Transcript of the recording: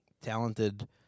Talented